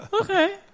Okay